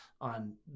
on